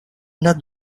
not